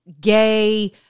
gay